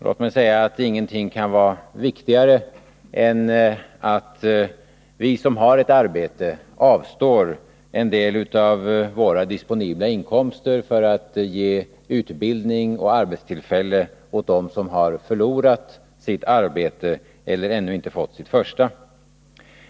Låt mig säga att ingenting kan vara viktigare än att vi som har ett arbete avstår en del av våra disponibla inkomster för att ge utbildning och arbetstillfälle åt dem som har förlorat sitt arbete eller ännu inte fått sitt första.